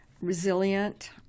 resilient